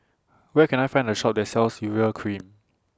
Where Can I Find A Shop that sells Urea Cream